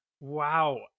Wow